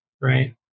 right